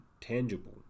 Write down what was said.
tangible